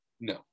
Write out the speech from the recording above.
No